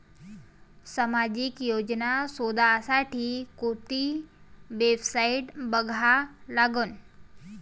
सामाजिक योजना शोधासाठी कोंती वेबसाईट बघा लागन?